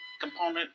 component